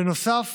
בנוסף